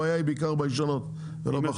הבעיה היא בעיקר בישנות ולא בחדשות.